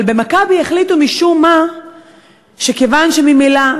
אבל ב"מכבי" החליטו משום מה שכיוון שממילא,